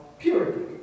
Purity